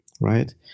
right